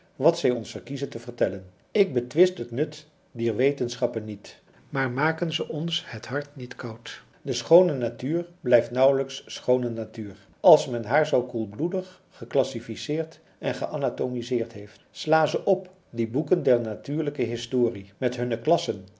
wat zij ons verkiezen te vertellen ik betwist het nut dier wetenschappen niet maar maken ze ons het hart niet koud de schoone natuur blijft nauwelijks schoone natuur als men haar zoo koelbloedig geclassificeerd en geanatomiseerd heeft sla ze op die boeken der natuurlijke historie met hunne klassen